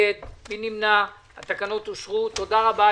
התחילה זה כדי להבהיר מתי תם תוקף התקנות --- תודה רבה.